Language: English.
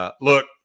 Look